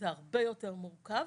זה הרבה יותר מורכב